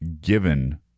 given